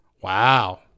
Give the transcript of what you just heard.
Wow